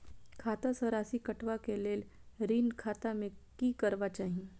खाता स राशि कटवा कै लेल ऋण खाता में की करवा चाही?